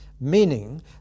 meaning